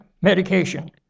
medication